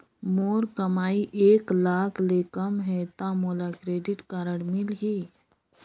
मोर कमाई एक लाख ले कम है ता मोला क्रेडिट कारड मिल ही?